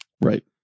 Right